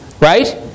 right